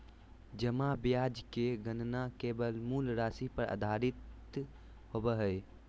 जमा ब्याज के गणना केवल मूल राशि पर आधारित होबो हइ